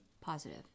Positive